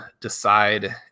decide